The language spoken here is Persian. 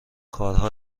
کارها